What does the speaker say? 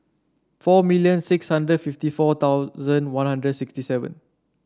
four million six hundred fifty four thousand One Hundred sixty seven